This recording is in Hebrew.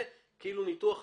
זה כאילו ניתוח המצב,